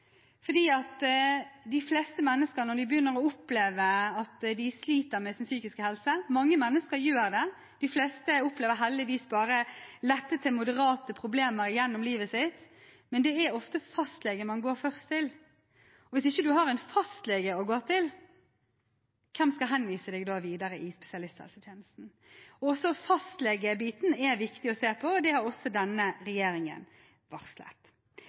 når man begynner å oppleve at man sliter med sin psykiske helse – mange mennesker gjør det, men de fleste opplever heldigvis bare lette til moderate problemer gjennom livet sitt – er det ofte fastlegen man går til først. Hvis man ikke har en fastlege å gå til, hvem skal da henvise en videre til spesialisthelsetjenesten? Også fastlegebiten er viktig å se på, og det har denne regjeringen varslet